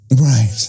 Right